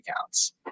accounts